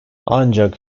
ancak